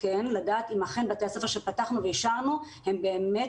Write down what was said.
לדעת אם אכן בתי הספר שפתחנו ואישרנו באמת